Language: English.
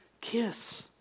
kiss